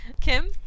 Kim